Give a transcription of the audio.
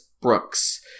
Brooks